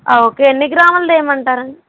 okay ఎన్ని గ్రాములది వెయ్యమంటారు అండి